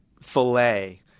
filet